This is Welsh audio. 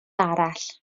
arall